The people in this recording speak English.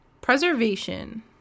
preservation